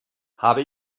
habe